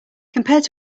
compared